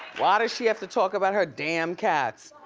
why does she have to talk about her damn cats?